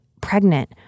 pregnant